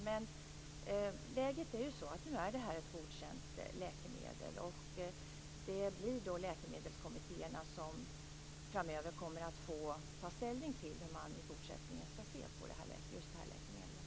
Men läget är så att det här är ett godkänt läkemedel. Det blir läkemedelskommittéerna som framöver kommer att få ta ställning till hur man i fortsättningen skall se på det här läkemedlet.